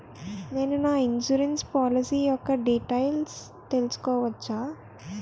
నేను నా insurance policy యెక్క డీటైల్స్ తెల్సుకోవచ్చా?